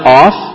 off